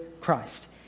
Christ